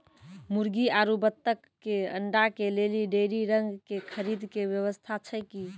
मुर्गी आरु बत्तक के अंडा के लेली डेयरी रंग के खरीद के व्यवस्था छै कि?